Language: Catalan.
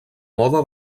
moda